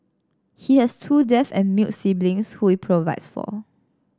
he has two deaf and mute siblings who he provides for